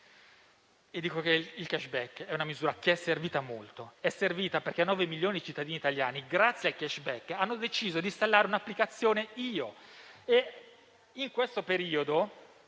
e dico che il *cashback* è una misura che è servita molto. È servita perché 9 milioni di cittadini italiani, grazie al *cashback*, hanno deciso di installare l'applicazione IO. In questo periodo